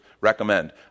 recommend